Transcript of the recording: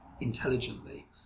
intelligently